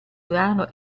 brano